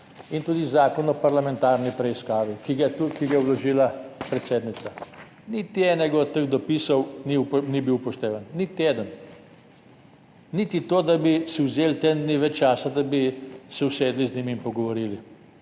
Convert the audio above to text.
in tudi pri Zakonu o parlamentarni preiskavi, ki ga je vložila predsednica. Niti eden od teh dopisov ni bil upoštevan. Niti toliko, da bi si vzeli teden dni več časa, da bi se usedli z njim in pogovorili.